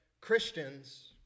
Christians